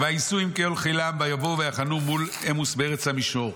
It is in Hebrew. "וייסעו עם כלי חילם ויבואו ויחנו מול עמאוס בארץ המישור.